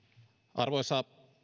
arvoisa